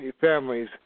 families